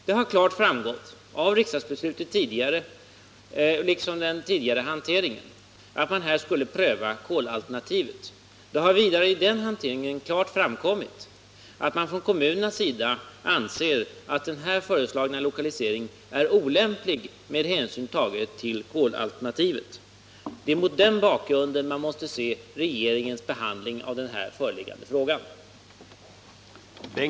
Det har klart framgått av riksdagsbeslutet tidigare, liksom av den tidigare hanteringen, att man här skulle pröva kolalternativet. Det har vidare i den hanteringen klart framkommit att man från kommunernas sida anser att den här föreslagna lokaliseringen är olämplig, med hänsyn tagen till kolalternativet. Det är mot den bakgrunden man måste se regeringens behandling av den här föreliggande frågan.